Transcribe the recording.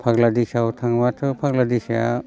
फाग्ला दैसायाव थाङोबाथ' फाग्ला दैसाया